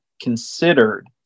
considered